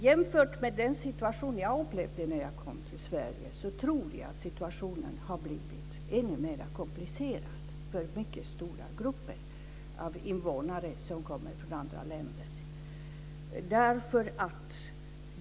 Jämfört med den situation jag upplevde när jag kom till Sverige tror jag att situationen har blivit ännu mer komplicerad för mycket stora grupper av invånare som kommer från andra länder.